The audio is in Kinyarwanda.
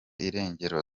irengero